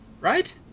Right